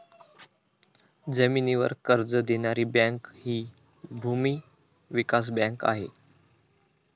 जमिनीवर कर्ज देणारी बँक हि भूमी विकास बँक आहे